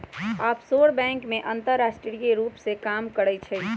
offshore bank अंतरराष्ट्रीय रूप से काम करइ छइ